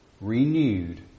renewed